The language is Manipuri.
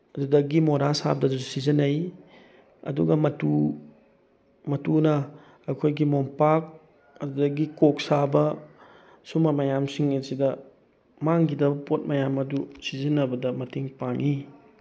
ꯑꯗꯨꯗꯒꯤ ꯃꯣꯔꯥ ꯁꯥꯕꯗꯁꯨ ꯁꯤꯖꯤꯟꯅꯩ ꯑꯗꯨꯒ ꯃꯇꯨ ꯃꯇꯨꯅ ꯑꯩꯈꯣꯏꯒꯤ ꯃꯣꯝꯄꯥꯛ ꯑꯗꯨꯗꯒꯤ ꯀꯣꯛ ꯁꯥꯕ ꯁꯨꯝꯕ ꯃꯌꯥꯝꯁꯤꯡ ꯑꯁꯤꯗ ꯃꯥꯡꯈꯤꯒꯗꯕ ꯄꯣꯠ ꯃꯌꯥꯝ ꯑꯗꯨ ꯁꯤꯖꯤꯟꯅꯕꯗ ꯃꯇꯦꯡ ꯄꯥꯡꯏ